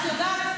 את יודעת,